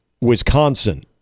Wisconsin